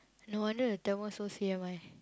no wonder the Tamil so C_M_I